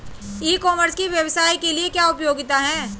ई commerce की व्यवसाय के लिए क्या उपयोगिता है?